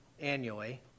annually